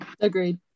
Agreed